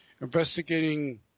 investigating